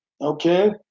Okay